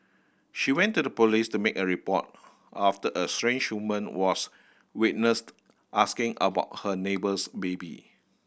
she went to the police to make a report after a strange woman was witnessed asking about her neighbour's baby